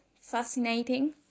fascinating